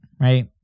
Right